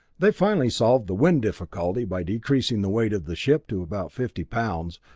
they finally solved the wind difficulty by decreasing the weight of the ship to about fifty pounds,